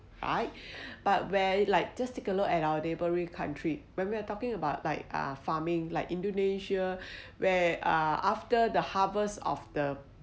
right but where like just take a look at our neighbouring country when we're talking about like uh farming like uh indonesia where uh after the harvest of the